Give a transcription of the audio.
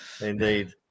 indeed